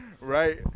right